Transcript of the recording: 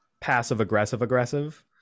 passive-aggressive-aggressive